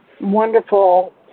wonderful